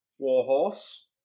Warhorse